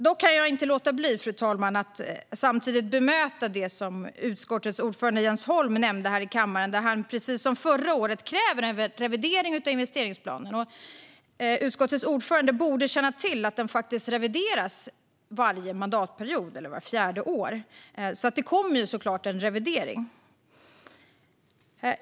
Därför kan jag inte låta bli, fru talman, att bemöta det som utskottets ordförande Jens Holm nämnde här i kammaren. Precis som förra året kräver han en revidering av investeringsplanen. Utskottets ordförande borde känna till att planen faktiskt revideras varje mandatperiod, alltså vart fjärde år. Det kommer såklart en revidering.